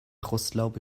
rostlaube